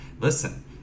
listen